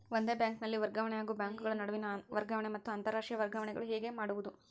ಒಂದೇ ಬ್ಯಾಂಕಿನಲ್ಲಿ ವರ್ಗಾವಣೆ ಹಾಗೂ ಬ್ಯಾಂಕುಗಳ ನಡುವಿನ ವರ್ಗಾವಣೆ ಮತ್ತು ಅಂತರಾಷ್ಟೇಯ ವರ್ಗಾವಣೆಗಳು ಹೇಗೆ ಮಾಡುವುದು?